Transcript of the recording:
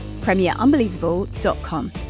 premierunbelievable.com